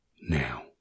Now